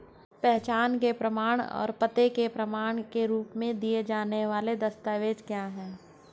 पहचान के प्रमाण और पते के प्रमाण के रूप में दिए जाने वाले दस्तावेज क्या हैं?